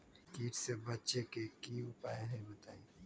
कीट से बचे के की उपाय हैं बताई?